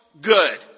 good